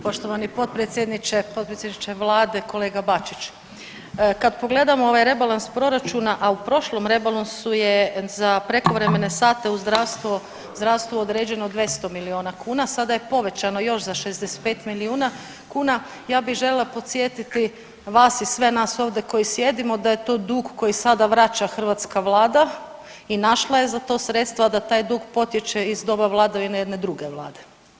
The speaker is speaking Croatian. Poštovani potpredsjedniče, potpredsjedniče Vlade, kolega Bačić, kad pogledamo ovaj rebalans proračuna, a u prošlom rebalansu je za prekovremene sate u zdravstvo, zdravstvu određeno 200 miliona kuna, sada je povećano još za 65 milijuna kuna, ja bi željela podsjetiti vas i sve nas ovdje koji sjedimo da je to dug koji vraća hrvatska vlada i našla je za to sredstava, a da taj potječe iz doba vladavine jedne druge vlade.